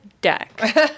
deck